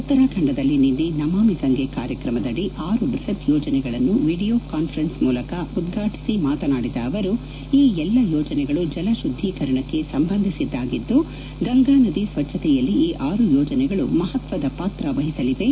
ಉತ್ತರಾಖಂಡದಲ್ಲಿ ನಿನ್ನೆ ನಮಾಮಿ ಗಂಗೆ ಕಾರ್ಯಕ್ರಮದಡಿ ಆರು ಬೃಹತ್ ಯೋಜನೆಗಳನ್ನು ವೀಡಿಯೊ ಕಾನ್ವರೆನ್ಸ್ ಮೂಲಕ ಉದ್ವಾಟಿಸಿ ಮಾತನಾಡಿದ ಅವರು ಈ ಎಲ್ಲ ಯೋಜನೆಗಳು ಜಲ ಶುದ್ದೀಕರಣಕ್ಕೆ ಸಂಬಂಧಿಸಿದ್ದಾಗಿದ್ದು ಗಂಗಾ ನದಿ ಸ್ವಚ್ಚಕೆಯಲ್ಲಿ ಈ ಆರು ಯೋಜನೆಗಳು ಮಹತ್ವದ ಪಾತ್ರ ವಹಿಸಲಿವೆ